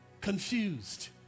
confused